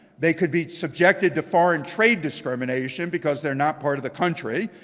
they could be subjected to foreign trade discrimination, because they're not part of the country.